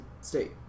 state